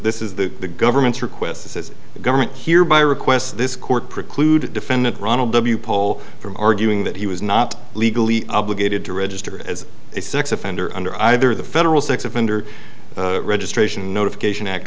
this is the the government's request says the government here by request this court preclude the defendant ronald w pole from arguing that he was not legally obligated to register as a sex offender under either the federal sex offender registration notification act